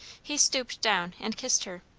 he stooped down and kissed her.